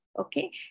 Okay